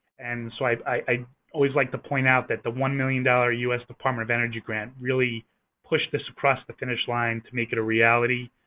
and so, i i always like to point out that the one million dollars u s. department of energy grant really pushed this across the finish line to make it a reality.